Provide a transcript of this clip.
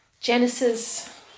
Genesis